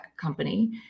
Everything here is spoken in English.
company